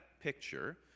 picture